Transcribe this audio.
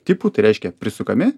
tipų tai reiškia prisukami